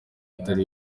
atari